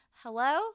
Hello